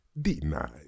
Denied